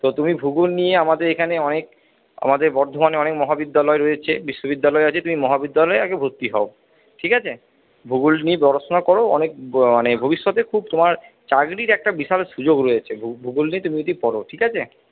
তো তুমি ভূগোল নিয়ে আমাদের এখানে অনেক আমাদের বর্ধমানে অনেক মহাবিদ্যালয় রয়েছে বিশ্ববিদ্যালয় আছে তুমি মহাবিদ্যালয়ে আগে ভর্তি হও ঠিক আছে ভূগোল নিয়ে গবেষণা করো অনেক মানে ভবিষ্যতে খুব তোমার চাকরির একটা বিশাল সুযোগ রয়েছে ভূগোল নিয়ে তুমি যদি পড়ো ঠিক আছে